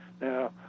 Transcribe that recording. Now